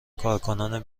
کارکنان